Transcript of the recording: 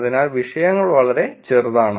അതിനാൽ വിഷയങ്ങൾ വളരെ ചെറുതാണ്